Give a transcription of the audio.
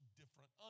different